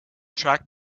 track